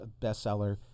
bestseller